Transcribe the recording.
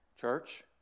Church